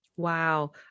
Wow